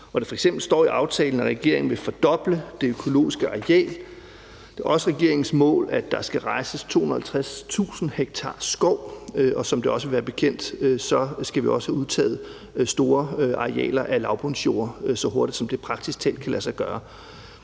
står f.eks. i aftalen, at regeringen vil fordoble det økologiske areal. Det er også regeringens mål, at der skal rejses 250.000 ha skov, og som det også vil være mange bekendt, skal vi også have udtaget store arealer af lavbundsjorder så hurtigt, som det praktisk talt kan lade sig gøre.